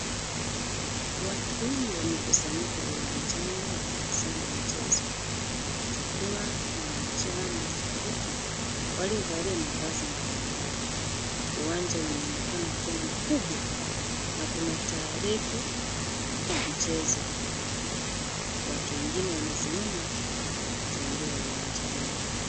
Watu wengi wamekusanyika uwanjani wakitazama mchezo. Jukwaa limejaa mashabiki waliovalia mavazi mbalimbali. Uwanja unaonekana kuwa mkubwa na kuna taa refu ya mchezo. Watu wengine wanasimama na kutembea uwanjani.